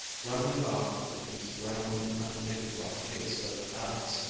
running about with the scrambling, undignified haste of ants,